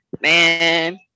man